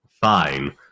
fine